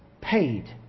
paid